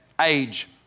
age